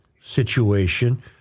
situation